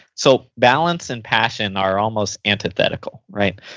so, balance and passion are almost antithetical. right?